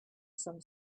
some